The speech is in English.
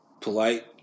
polite